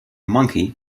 monkey